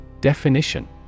Definition